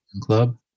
club